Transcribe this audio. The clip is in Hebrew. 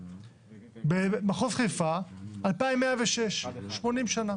במחוז חיפה, 2106, 80 שנה.